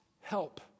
help